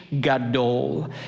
gadol